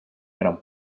gran